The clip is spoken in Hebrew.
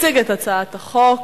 תציג את הצעת החוק